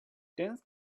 dense